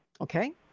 okay